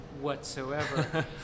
whatsoever